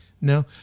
No